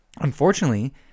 unfortunately